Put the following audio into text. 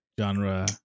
genre